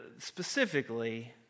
Specifically